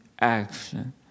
action